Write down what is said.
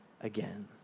again